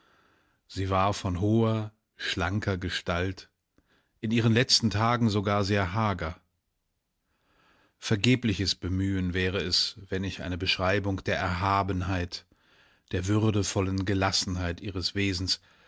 sie war von hoher schlanker gestalt in ihren letzten tagen sogar sehr hager vergebliches bemühen wäre es wenn ich eine beschreibung der erhabenheit der würdevollen gelassenheit ihres wesens